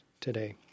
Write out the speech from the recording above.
today